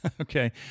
Okay